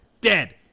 Dead